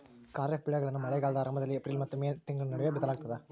ಖಾರಿಫ್ ಬೆಳೆಗಳನ್ನ ಮಳೆಗಾಲದ ಆರಂಭದಲ್ಲಿ ಏಪ್ರಿಲ್ ಮತ್ತು ಮೇ ನಡುವೆ ಬಿತ್ತಲಾಗ್ತದ